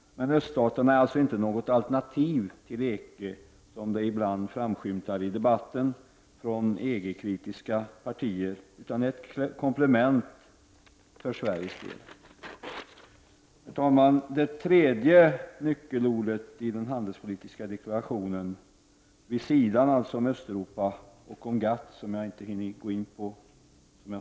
Öststaterna är alltså inte något alternativ till EG, som det ibland framskymtar i debatten från EG-kritiska partier, utan ett komplement för Sveriges del. Herr talman! Det tredje nyckelordet i den handelspolitiska deklarationen, vid sidan om Östeuropa och GATT, är EG.